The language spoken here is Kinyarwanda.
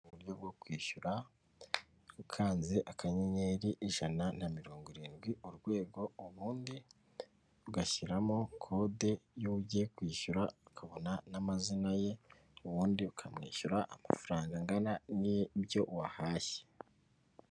Uburyo bwo kwishyura ukanze akanyenyeri ijana na mirongo irindwi urwego ubundi ugashyiramo kode y'uwo ugiye kwishyura akabona n'amazina ye, ubundi ukamwishyura amafaranga angana nibyo wahashye.